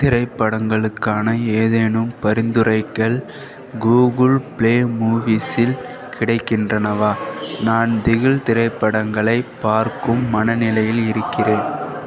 திரைப்படங்களுக்கான ஏதேனும் பரிந்துரைகள் கூகுள் ப்ளே மூவீஸ் இல் கிடைக்கின்றனவா நான் திகில் திரைப்படங்களை பார்க்கும் மனநிலையில் இருக்கிறேன்